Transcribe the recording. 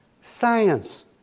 science